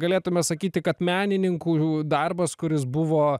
galėtume sakyti kad menininkų darbas kuris buvo